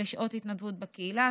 לשעות התנדבות בקהילה.